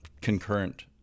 concurrent